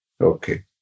Okay